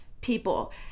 people